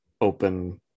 open